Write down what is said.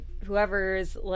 whoever's